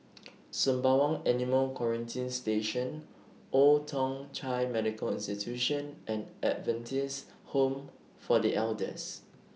Sembawang Animal Quarantine Station Old Thong Chai Medical Institution and Adventist Home For The Elders